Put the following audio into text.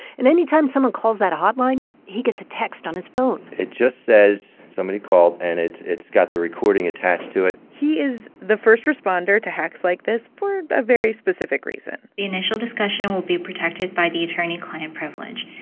and anytime someone calls that hotline, he gets a text on his phone it just says, somebody called, and it's got the recording attached to it he is the first responder to hacks like this for a very specific reason the initial discussion will be protected by the attorney-client privilege.